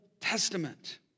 Testament